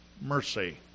mercy